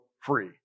free